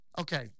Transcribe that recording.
okay